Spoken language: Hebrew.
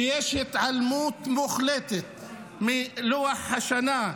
כשיש התעלמות מוחלטת מלוח השנה,